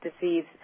disease